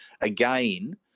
again